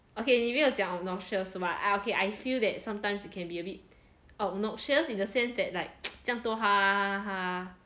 okay 你没有讲 obnoxious but okay I feel that sometimes it can be a bit obnoxious in the sense that like 这样多